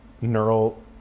neural